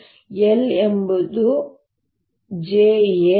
l I ಎಂಬುದು j a